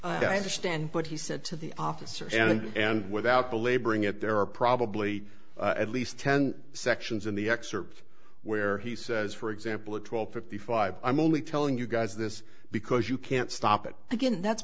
i understand but he said to the officer and without the laboring it there are probably at least ten sections in the excerpt where he says for example twelve fifty five i'm only telling you guys this because you can't stop it again that's